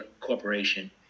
Corporation